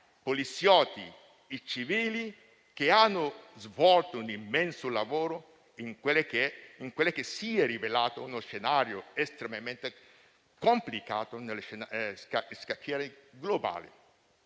poliziotti e civili che hanno svolto un immenso lavoro in quello che si è rivelato uno scenario estremamente complicato nello scacchiere globale.